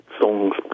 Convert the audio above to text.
songs